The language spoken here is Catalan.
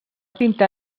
pintar